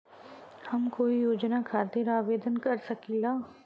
हम कोई योजना खातिर आवेदन कर सकीला?